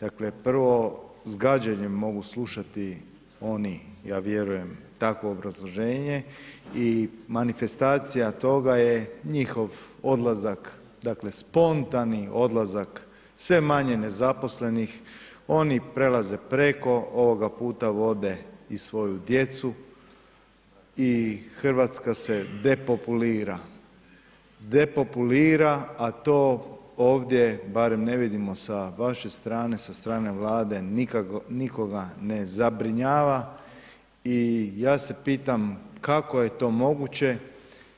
Dakle prvo s gađenjem mogu slušati oni ja vjerujem, takvo obrazloženje i manifestacija toga je njihov odlazak, dakle spontani odlazak, sve manje nezaposlenih, oni prelaze preko, ovog puta vode i svoju djecu i Hrvatska se depopulira, depopulira a to ovdje, barem ne vidimo sa vaše strane, sa strane Vlade nikog ne zabrinjava i ja se pitam kako je to moguće,